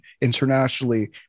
internationally